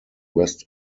west